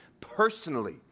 personally